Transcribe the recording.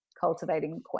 cultivating